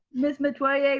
miss metoyer,